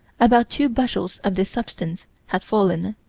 about two bushels of this substance had fallen.